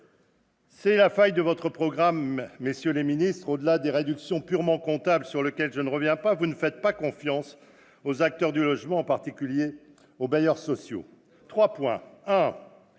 C'est la faille de votre programme, monsieur le ministre, monsieur le secrétaire d'État, au-delà des réductions purement comptables sur lesquelles je ne reviens pas : vous ne faites pas confiance aux acteurs du logement, en particulier aux bailleurs sociaux. À ce titre,